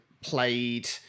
played